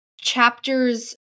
chapters